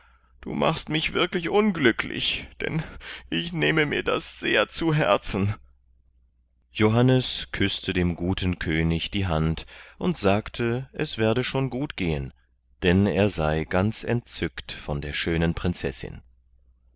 du machst mich wirklich unglücklich denn ich nehme mir das sehr zu herzen johannes küßte dem guten könig die hand und sagte es werde schon gut gehen denn er sei ganz entzückt von der schönen prinzessin